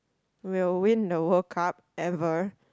will win the World Cup ever